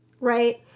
Right